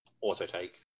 auto-take